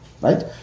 right